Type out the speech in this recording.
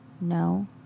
No